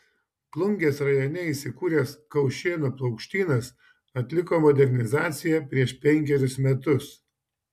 plungės rajone įsikūręs kaušėnų paukštynas atliko modernizaciją prieš penkerius metus